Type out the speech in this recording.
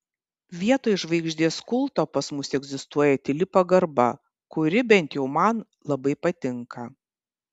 vietoj žvaigždės kulto pas mus egzistuoja tyli pagarba kuri bent jau man labai patinka